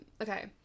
Okay